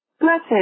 Blessed